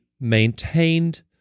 maintained